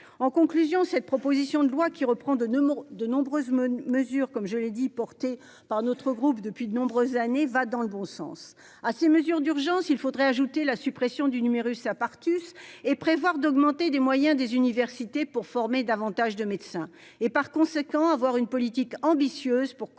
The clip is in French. En conclusion, cette proposition de loi qui reprend de Nemours. De nombreuses mesures comme je l'ai dit porté par notre groupe depuis de nombreuses années, va dans le bon sens à ces mesures d'urgence, il faudrait ajouter la suppression du numerus à part tu es prévoir d'augmenter des moyens des universités pour former davantage de médecins et par conséquent avoir une politique ambitieuse pour consolider